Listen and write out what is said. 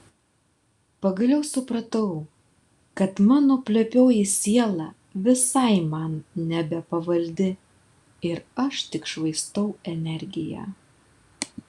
pagaliau supratau kad mano plepioji siela visai man nebepavaldi ir aš tik švaistau energiją